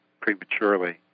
prematurely